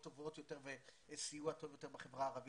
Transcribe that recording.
טובות יותר וסיוע טוב יותר בחברה הערבית,